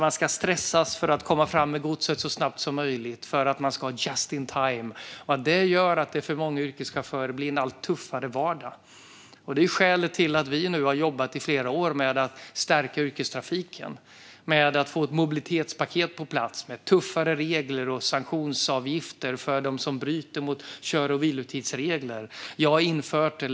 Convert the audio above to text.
Man stressas att komma fram med godset så snabbt som möjligt på grund av just-in-time. Det gör att många yrkeschaufförer får en allt tuffare vardag. Det är skälet till att vi nu i många år har jobbat för att stärka yrkestrafiken genom att få ett mobilitetspaket på plats med tuffare regler och sanktionsavgifter för dem som bryter mot kör och vilotidsregler.